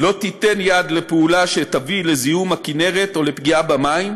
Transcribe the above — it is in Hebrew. לא תיתן יד לפעולה שתביא לזיהום הכינרת או לפגיעה במים.